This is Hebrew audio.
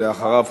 ואחריו,